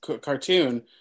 cartoon